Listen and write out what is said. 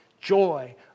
joy